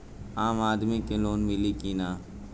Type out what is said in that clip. आम आदमी के लोन मिली कि ना?